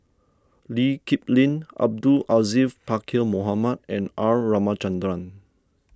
Lee Kip Lin Abdul Aziz Pakkeer Mohamed and R Ramachandran